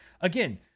again